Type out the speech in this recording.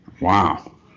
Wow